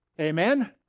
Amen